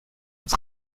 als